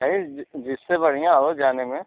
नहीं जिससे बढ़ियाँ हो जाने में